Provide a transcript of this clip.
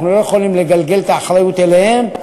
אנחנו לא יכולים לגלגל את האחריות אליהם,